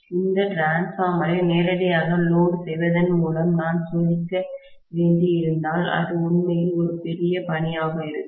இந்த மின்மாற்றியைடிரான்ஸ்பார்மரை நேரடியாக லோடு செய்வதன் மூலம் நான் சோதிக்க வேண்டியிருந்தால் அது உண்மையில் ஒரு பெரிய பணியாக இருக்கும்